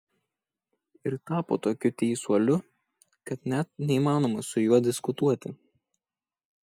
ir tapo tokiu teisuoliu kad net neįmanoma su juo diskutuoti